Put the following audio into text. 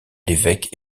l’évêque